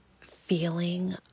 feeling